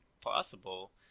possible